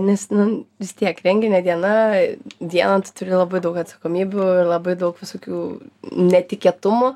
nes nu vis tiek renginio diena dieną tu turi labai daug atsakomybių ir labai daug visokių netikėtumų